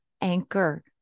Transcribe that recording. anchor